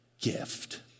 gift